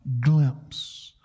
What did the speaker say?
glimpse